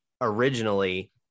originally